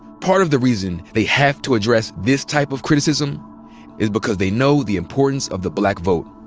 part of the reason they have to address this type of criticism is because they know the importance of the black vote.